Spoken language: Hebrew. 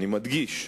אני מדגיש,